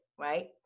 right